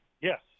Yes